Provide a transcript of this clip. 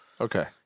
Okay